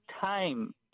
time